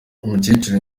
umukecuru